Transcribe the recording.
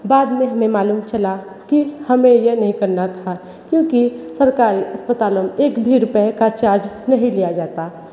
बाद में हमें मालूम चला कि हमें ये नहीं करना था क्योंकि सरकारी अस्पतालों एक भी रुपए का चार्ज नहीं लिया जाता